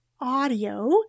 audio